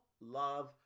love